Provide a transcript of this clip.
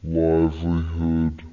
livelihood